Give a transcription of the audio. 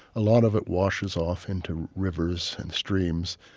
a lot of it washes off into rivers and streams.